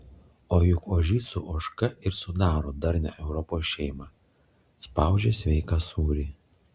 o juk ožys su ožka ir sudaro darnią europos šeimą spaudžia sveiką sūrį